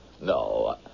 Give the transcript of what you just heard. No